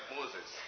Moses